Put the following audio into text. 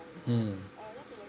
mm